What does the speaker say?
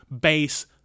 base